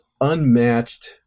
Unmatched